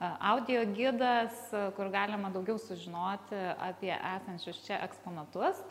audiogidas kur galima daugiau sužinoti apie esančius čia eksponatus